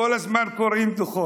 כל הזמן קוראים דוחות,